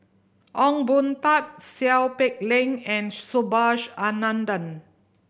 Ong Boon Tat Seow Peck Leng and Subhas Anandan